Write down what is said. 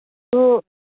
ꯑꯗꯨ